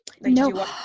No